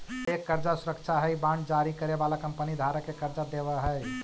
bond एक कर्जा सुरक्षा हई बांड जारी करे वाला कंपनी धारक के कर्जा देवऽ हई